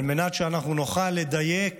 על מנת שאנחנו נוכל לדייק